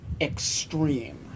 extreme